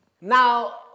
now